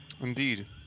Indeed